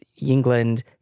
england